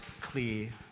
clear